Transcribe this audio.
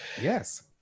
Yes